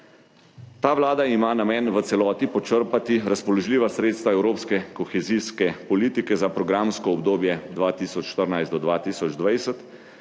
Ta vlada ima namen v celoti počrpati razpoložljiva sredstva evropske kohezijske politike za programsko obdobje 2014–2020.